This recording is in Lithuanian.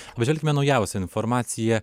apžvelkime naujausią informaciją